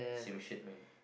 same shit man